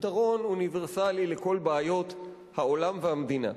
כפתרון אוניברסלי לכל בעיות העולם והמדינה,